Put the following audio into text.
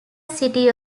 city